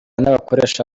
n’abakoresha